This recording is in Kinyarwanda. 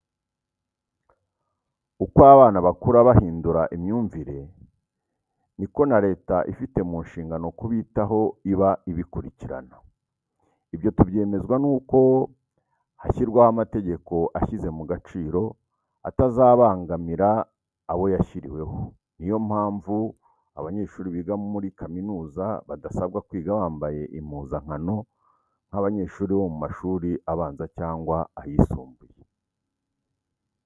Uko abana bakura bahindura imyumvire, ni ko na Leta ifite mu nshingano kubitaho iba ibikurikirana. Ibyo tubyemezwa n'uko hashyirwaho amategeko ashyize mu gaciro, atazabangamira abo yashyiriweho; ni yo mpamvu abanyeshuri biga muri kaminuza badasabwa kwiga bambaye impuzankano nk'abanyeshuri bo mu mashuri abanza cyangwa ayisumbuye.